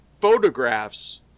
photographs